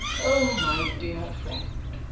o my dear friend,